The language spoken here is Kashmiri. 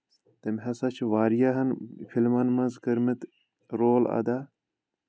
تٔمۍ ہسا چھُ واریاہن فلمن منٛز کٔرمٕتۍ رول اَدا